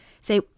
say